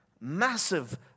massive